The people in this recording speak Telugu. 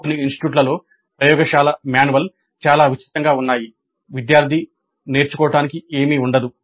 కొన్ని ఇన్స్టిట్యూట్లలో ప్రయోగశాల మాన్యువల్లు చాలా విస్తృతంగా ఉన్నాయి విద్యార్థి అలా నేర్చుకోవడానికి ఏమీ లేదు